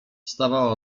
wstawała